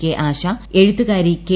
K ആശഎഴുത്തുകാരി K